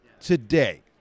today